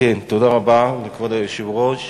תודה רבה לכבוד היושב-ראש.